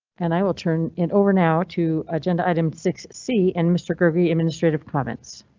and i will turn it over now to agenda item six c an mr garvey administrative province.